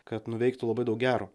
kad nuveiktų labai daug gero